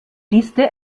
liste